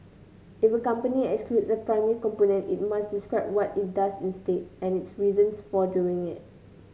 if a company excludes a primary component it must describe what it does instead and its reasons for doing it